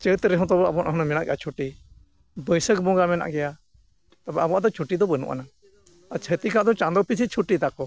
ᱪᱟᱹᱛ ᱨᱮᱦᱚᱸ ᱛᱟᱵᱚ ᱟᱵᱚᱣᱟᱜ ᱢᱮᱱᱟᱜ ᱜᱮᱭᱟ ᱪᱷᱩᱴᱤ ᱵᱟᱹᱭᱥᱟᱹᱠ ᱵᱚᱸᱜᱟ ᱢᱮᱱᱟᱜ ᱜᱮᱭᱟ ᱛᱚᱵᱮ ᱟᱵᱚᱣᱟᱜ ᱫᱚ ᱪᱷᱩᱴᱤ ᱫᱚ ᱵᱟᱹᱱᱩᱜ ᱟᱱᱟᱝ ᱟᱨ ᱪᱷᱟᱹᱛᱤᱠᱟᱜ ᱫᱚ ᱪᱟᱸᱫᱚ ᱯᱤᱦᱩ ᱪᱷᱩᱴᱤ ᱛᱟᱠᱚ